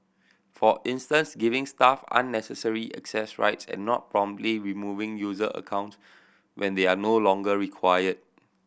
for instance giving staff unnecessary access rights and not promptly removing user account when they are no longer required